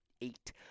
eight